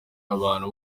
abantu